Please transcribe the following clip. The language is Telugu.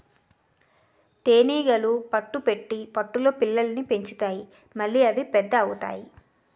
తేనీగలు పట్టు పెట్టి పట్టులో పిల్లల్ని పెంచుతాయి మళ్లీ అవి పెద్ద అవుతాయి